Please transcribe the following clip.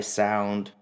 sound